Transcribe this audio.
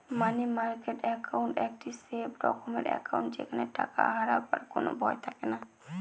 মানি market account একটি safe রকমের account যেখানে টাকা হারাবার কোনো ভয় থাকেনা